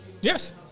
Yes